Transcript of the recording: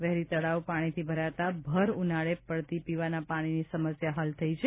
very તળાવ પાણીથી ભરાતા ભર ઉનાળે પડતી પીવાના પાણીની સમસ્યા હલ થઈ છે